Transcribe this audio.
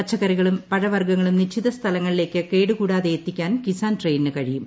പച്ചക്കറികളും പ്രഴവർഗങ്ങളും നിശ്ചിത സ്ഥലങ്ങളിലേക്ക് കേടുകൂടാതെ എത്തിക്ക്റ്ൻ കിസാൻ ട്രെയിനിന് കഴിയും